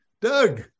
doug